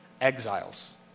exiles